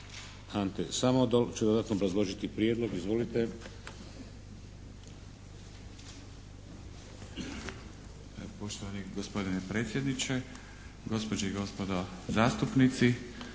Ante Samodol će dodatno obrazložiti prijedlog. Izvolite. **Samodol, Ante** Poštovani gospodine predsjedniče, gospođe i gospodo zastupnici.